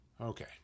Okay